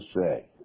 say